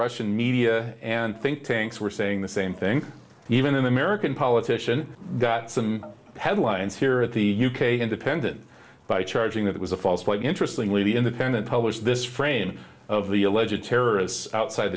russian media and think tanks were saying the same thing even an american politician got some headlines here at the u k independent by charging that it was a false quite interesting way the independent published this frame of the alleged terrorists outside